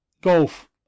golf